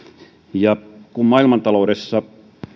maaksi kun maailmantaloudessa